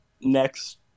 next